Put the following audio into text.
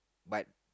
but